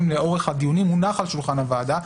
לאורך הדיונים הונח על שולחן הוועדה,